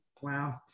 Wow